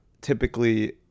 Typically